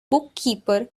bookkeeper